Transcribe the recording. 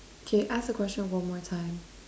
okay ask the question one more time